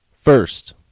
First